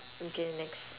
okay next